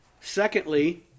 Secondly